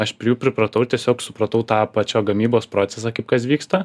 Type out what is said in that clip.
aš prie jų pripratau ir tiesiog supratau tą pačią gamybos procesą kaip kas vyksta